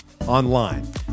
online